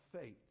faith